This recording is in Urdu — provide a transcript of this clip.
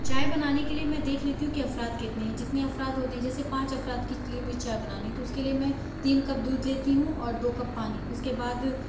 چائے بنانے کے لیے میں دیکھ لیتی ہوں کہ افراد کتنے ہیں جتنے افراد ہوتے ہیں جیسے پانچ افراد کے لیے مجھے چائے بنانی ہے تو اس کے لیے میں تین کپ دودھ لیتی ہوں اور دو کپ پانی اس کے بعد